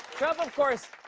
trump, of course,